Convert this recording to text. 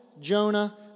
Jonah